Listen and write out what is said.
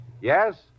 Yes